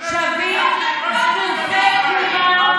המדינה היהודית, עאידה, את צבועה.